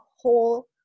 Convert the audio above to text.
whole